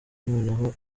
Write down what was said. noneho